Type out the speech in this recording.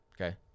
Okay